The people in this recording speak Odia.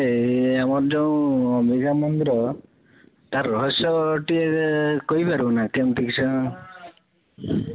ହଁ ଯେ ଟିକେ ସେ ଆମର ଯେଉଁ ବିରଜା ମନ୍ଦିର ତାର ରହସ୍ୟ ଟିକେ କହିପାରିବୁ ନା କେମିତି କିସ